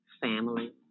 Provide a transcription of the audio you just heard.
family